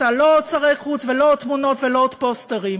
לא עוד שרי חוץ ולא עוד תמונות ולא עוד פוסטרים,